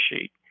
sheet